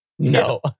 No